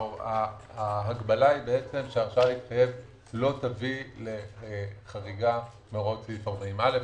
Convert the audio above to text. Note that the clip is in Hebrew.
ההגבלה היא שההרשאה להתחייב לא תביא לחריגה בהוראות סעיף 40א,